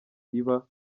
iba